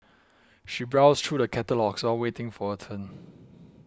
she browsed through the catalogues all waiting for her turn